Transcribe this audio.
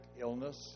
illness